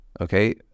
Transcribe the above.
okay